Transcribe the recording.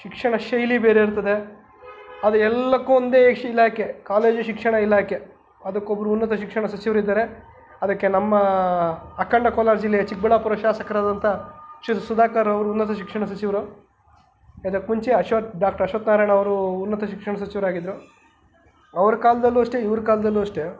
ಶಿಕ್ಷಣ ಶೈಲಿ ಬೇರೆ ಇರ್ತದೆ ಅದು ಎಲ್ಲದಕ್ಕು ಒಂದೇ ಇಶ್ ಇಲಾಖೆ ಕಾಲೇಜು ಶಿಕ್ಷಣ ಇಲಾಖೆ ಅದುಕ್ಕೊಬ್ರೇ ಉನ್ನತ ಶಿಕ್ಷಣ ಸಚಿವರಿದ್ದಾರೆ ಅದಕ್ಕೆ ನಮ್ಮ ಅಖಂಡ ಕೋಲಾರ ಜಿಲ್ಲೆಯ ಚಿಕ್ಕಬಳ್ಳಾಪುರ ಶಾಸಕರಾದಂಥ ಶ್ರೀಯುತ ಸುಧಾಕರ್ ಅವ್ರು ಉನ್ನತ ಶಿಕ್ಷಣ ಸಚಿವರು ಅದಕ್ಕೆ ಮುಂಚೆ ಅಶ್ವತ್ಥ ಡಾಕ್ಟರ್ ಅಶ್ವತ್ಥ ನಾರಾಯಣ್ ಅವರು ಉನ್ನತ ಶಿಕ್ಷಣ ಸಚಿವರಾಗಿದ್ರು ಅವ್ರ ಕಾಲದಲ್ಲೂ ಅಷ್ಟೇ ಇವ್ರ ಕಾಲದಲ್ಲೂ ಅಷ್ಟೇ